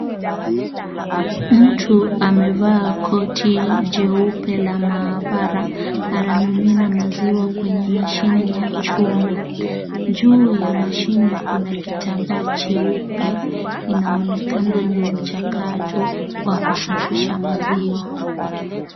Mtu amevaa koti jeupe la mahabara, anamimina maziwa kwenye mashine ya chuma, juu ya mashine kuna kitambaa cheupe inaonekana ni mchakato wa kusafisha maziwa.